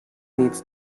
needs